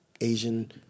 asian